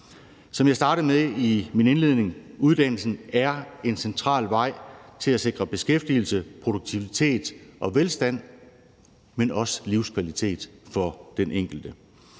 Som jeg startede med at sige i min indledning er uddannelse en central vej til at sikre beskæftigelse, produktivitet og velstand, men også livskvalitet for den enkelte.